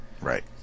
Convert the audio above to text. Right